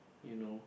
you know